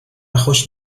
خوش